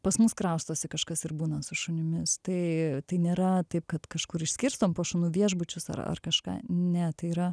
pas mus kraustosi kažkas ir būna su šunimis tai tai nėra taip kad kažkur išskirstom po šunų viešbučius ar ar kažką ne tai yra